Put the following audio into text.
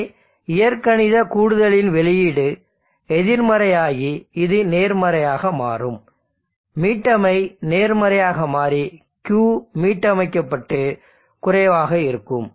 எனவே இயற்கணித கூடுதலின் வெளியீடு எதிர்மறையாகி இது நேர்மறையாக மாறும் மீட்டமைப்பு நேர்மறையாக மாறி Q மீட்டமைக்கப்பட்டு குறைவாக இருக்கும்